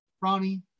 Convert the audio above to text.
Ronnie